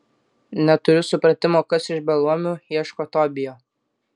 neturiu supratimo kas iš beluomių ieško tobijo